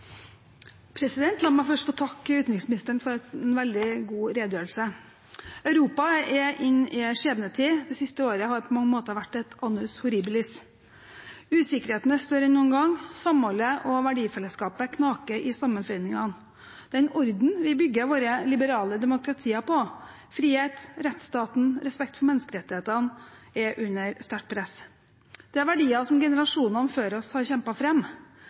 La meg først få takke utenriksministeren for en veldig god redegjørelse. Europa er inne i en skjebnetid. Det siste året har på mange måter vært et annus horribilis. Usikkerheten er større enn noen gang. Samholdet og verdifellesskapet knaker i sammenføyningene. Den orden vi bygger våre liberale demokratier på – frihet, rettsstaten, respekt for menneskerettighetene – er under sterkt press. Det er verdier som generasjonene før oss har